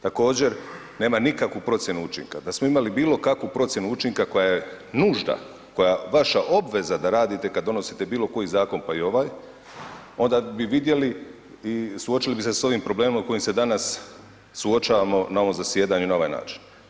Također nema nikakvu procjenu učinka, da smo imali bilo procjenu učinka koja je nužna, koja je vaša obveza da radite kad donosite bilo koji zakon pa i ovaj onda bi vidjeli i suočili bi se s ovim problemom kojom se danas suočavamo na ovom zasjedanju na ovaj način.